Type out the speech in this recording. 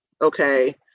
okay